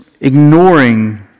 ignoring